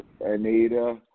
Anita